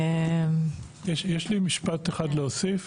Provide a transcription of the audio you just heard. יש לי משפט אחד להוסיף.